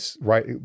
right